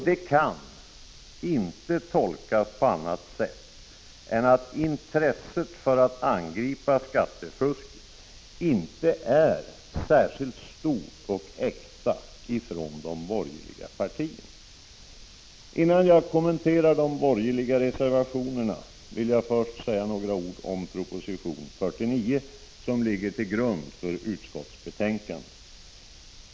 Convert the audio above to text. Det kan inte tolkas på annat sätt än att intresset för att angripa skattefusket inte är särskilt stort och äkta från de borgerliga partiernas sida. Innan jag kommenterar de borgerliga reservationerna vill jag säga några ord om proposition nr 49, som ligger till grund för utskottsbetänkandet.